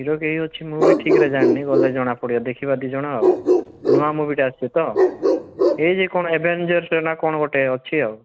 hero କିଏ ଅଛି ମୁଁ ବି ଠିକ୍ ରେ ଜାଣିନି ଗଲେ ଜଣା ପଡ଼ିବ ଦେଖିବା ଦୁଇ ଜଣ ଆଉ ନୂଆ ମୁଭିଟା ଆସିଛି ତ ଏଇ ଯେ କ'ଣ ଏଭେଞ୍ଜର୍ସ ର ନା କ'ଣ ଗୋଟେ ଅଛି ଆଉ